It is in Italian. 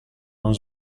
non